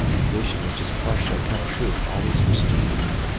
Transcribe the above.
a vision which has partially come true always restrained me.